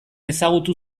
ezagutu